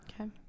Okay